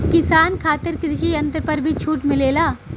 किसान खातिर कृषि यंत्र पर भी छूट मिलेला?